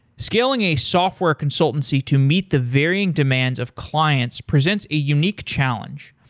scaling a software consultancy to meet the varying demands of clients presents a unique challenge.